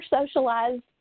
socialized